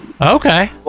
Okay